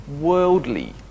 worldly